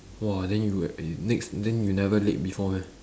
!wah! then you eh next then you never late before meh